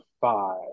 five